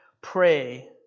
pray